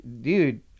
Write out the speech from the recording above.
dude